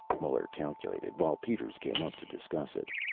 muller calculated, while peters came up to discuss it.